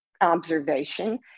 observation